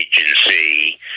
agency